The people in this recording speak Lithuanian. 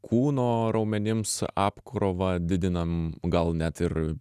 kūno raumenims apkrovą didinam gal net ir